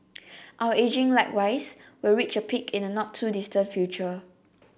our ageing likewise will reach a peak in a not too distant future